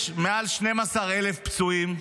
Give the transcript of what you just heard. יש מעל 12,000 פצועים.